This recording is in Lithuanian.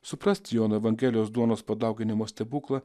suprasti jono evangelijos duonos padauginimo stebuklą